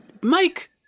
Mike